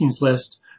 list